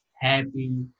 happy